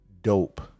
dope